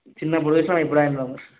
చిన్నప్పుడు చూసిన ఇప్పుడు